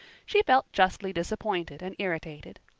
she felt justly disappointed and irritated.